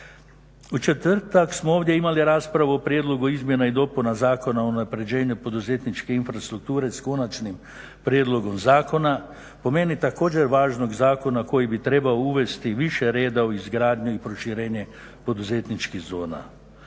U četvrtak smo ovdje imali raspravu o Prijedlogu izmjena i dopuna Zakona o unapređenju poduzetničke infrastrukture sa konačnim prijedlogom zakona. Po meni također važnog zakona koji bi trebao uvesti više reda u izgradnju i proširenje poduzetničkih zona